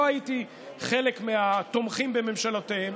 שלא הייתי חלק מהתומכים בממשלותיהם,